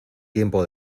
tiempo